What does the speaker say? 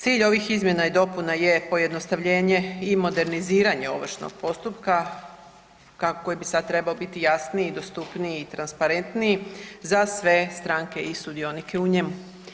Cilj ovih izmjena i dopuna je pojednostavljenje i moderniziranje ovršnog postupka koji bi sad trebao biti jasniji, dostupniji i transparentniji za sve stranke i sudionike u njemu.